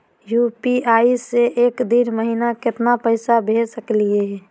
UPI स एक दिनो महिना केतना पैसा भेज सकली हे?